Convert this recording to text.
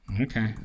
okay